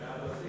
זה הבסיס.